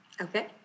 Okay